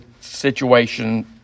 situation